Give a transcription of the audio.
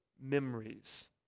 memories